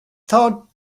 thought